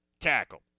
tackle